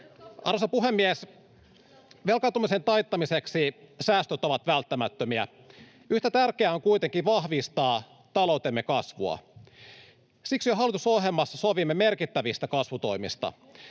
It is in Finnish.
Arvoisa puhemies! Velkaantumisen taittamiseksi säästöt ovat välttämättömiä. Yhtä tärkeää on kuitenkin vahvistaa taloutemme kasvua. Siksi jo hallitusohjelmassa sovimme merkittävistä kasvutoimista.